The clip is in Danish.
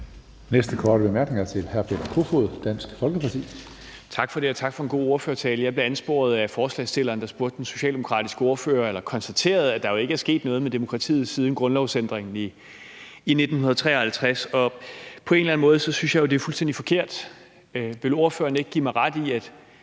Næste korte bemærkning er til hr. Peter Kofod, Dansk Folkeparti. Kl. 19:07 Peter Kofod (DF): Tak for det, og tak for en god ordførertale. Jeg blev ansporet af forslagsstilleren, der over for den socialdemokratiske ordfører konstaterede, at der jo ikke er sket noget med demokratiet siden grundlovsændringen i 1953. På en eller anden måde synes jeg jo, det er fuldstændig forkert. Vil ordføreren ikke give mig ret i, at